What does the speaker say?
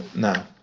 now,